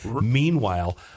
Meanwhile